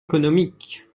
économique